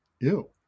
ew